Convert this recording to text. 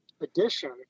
addition